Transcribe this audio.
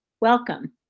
Welcome